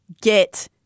get